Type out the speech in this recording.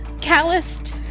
calloused